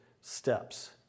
steps